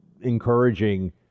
encouraging